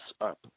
up